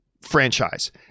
franchise